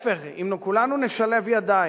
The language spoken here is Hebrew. להיפך, אם כולנו נשלב ידיים,